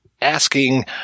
asking